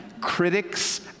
Critics